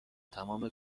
تمام